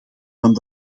van